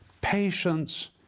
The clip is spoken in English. patience